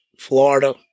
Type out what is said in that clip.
Florida